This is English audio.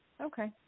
Okay